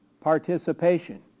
participation